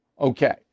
Okay